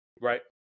right